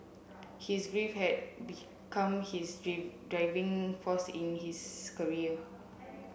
his grief had become his drive driving force in his career